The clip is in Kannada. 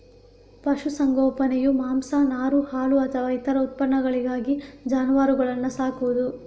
ಪಶು ಸಂಗೋಪನೆಯು ಮಾಂಸ, ನಾರು, ಹಾಲು ಅಥವಾ ಇತರ ಉತ್ಪನ್ನಗಳಿಗಾಗಿ ಜಾನುವಾರುಗಳನ್ನ ಸಾಕುದು